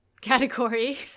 category